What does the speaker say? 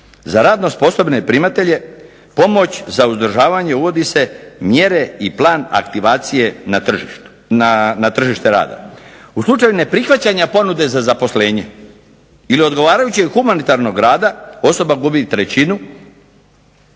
Za radno sposobne primatelje pomoć za uzdržavanje uvodi se mjere i plan aktivacije na tržište rada. U slučaju neprihvaćanja ponude za zaposlenje ili odgovarajućeg humanitarnog rada osoba gubi trećinu